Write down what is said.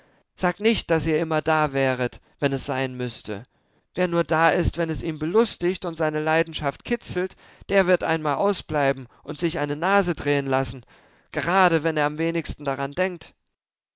sagt nicht daß ihr immer da wäret wenn es sein müßte wer nur da ist wenn es ihn belustigt und seine leidenschaft kitzelt der wird einmal ausbleiben und sich eine nase drehen lassen grade wenn er am wenigsten daran denkt